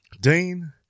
Dean